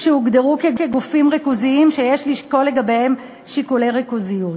שהוגדרו כגופים ריכוזיים שיש לשקול לגביהם שיקולי ריכוזיות.